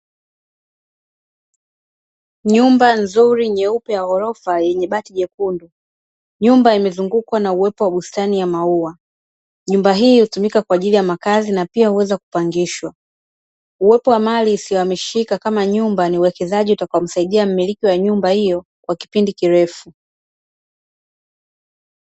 Nyumba nzuri nyeupe ya gorofa yenye bati jekundu, nyumba imezungukwa na uoto wa bustani nyeupe ya maua. Nyumba hii hutumika kwa ajili ya makazi, pia huweza kupangishwa. Uwepo wa mali isiyo hamishika kama nyumba ni uwekezaji utakao msaidia mmiliki wa nyumba hio kwa kipindi kirefu.